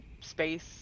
space